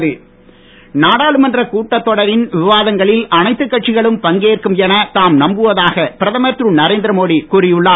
மோடி நாடாளுமன்றக் கூட்டத் தொடரின் விவாதங்களில் அனைத்து கட்சிகளும் பங்கேற்கும் என தாம் நம்புவதாக பிரதமர் திரு நரேந்திரமோடி கூறி உள்ளார்